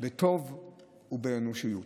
בטוב ובאנושיות.